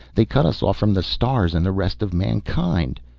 they cut us off from the stars and the rest of mankind.